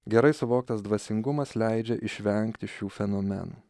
gerai suvoktas dvasingumas leidžia išvengti šių fenomenų